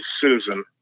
Susan